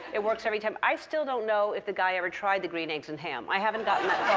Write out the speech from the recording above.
it works every time. i still don't know if the guy ever tried the green eggs and ham. i haven't gotten that